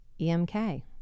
EMK